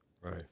right